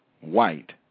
white